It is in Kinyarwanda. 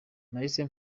nahise